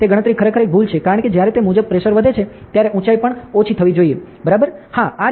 તે ગણતરી ખરેખર એક ભૂલ છે કારણ કે જ્યારે તે મુજબ પ્રેશર વધે છે ત્યારે ઉંચાઇ પણ ઓછી થવી જોઈએ બરાબર હા